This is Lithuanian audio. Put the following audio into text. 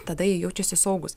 tada jie jaučiasi saugūs